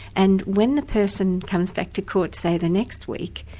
and when the person comes back to court, say, the next week,